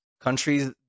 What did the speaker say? countries